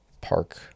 park